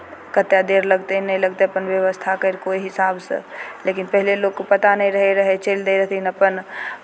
कतेक देर लगतै नहि लगतै अपन व्यवस्था करि कऽ ओहि हिसाबसँ लेकिन पहिले लोककेँ पता नहि रहय चलि दै रहथिन अपन